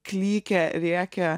klykia rėkia